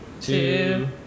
two